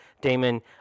Damon